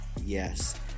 yes